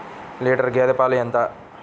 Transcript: Litre గేదె పాలు ఎంత?